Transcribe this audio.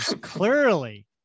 clearly